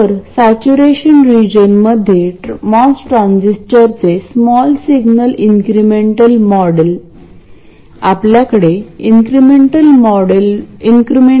आणि signal picture करिता मी MOS ट्रान्झिस्टर त्याच्या स्मॉल सिग्नल पिक्चरऐवजी दर्शवितो मी हे असे देखील दाखवू शकतो